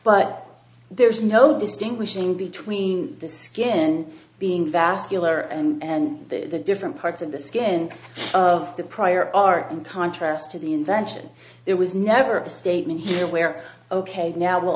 but there is no distinguishing between the skin being vascular and the different parts of the skin of the prior art in contrast to the invention there was never a statement here where ok now will